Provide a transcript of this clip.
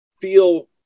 feel